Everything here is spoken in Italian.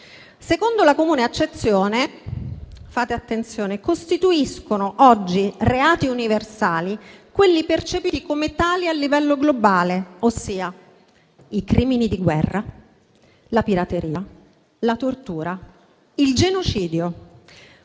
Secondo la comune accezione - si badi bene - costituiscono oggi reati universali quelli percepiti come tali a livello globale, ossia i crimini di guerra, la pirateria, la tortura, il genocidio,